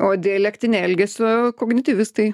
o dialektinė elgesio kognityvistai